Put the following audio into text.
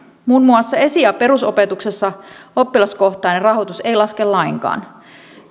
muun muassa esi ja perusopetuksessa oppilaskohtainen rahoitus ei laske lainkaan